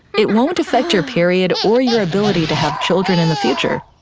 it won't affect your period, or your ability to have children in the future.